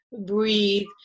breathe